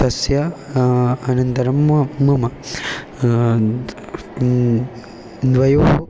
तस्य अनन्तरं म मम द्वयोः